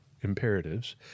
imperatives